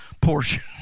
portion